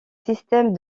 système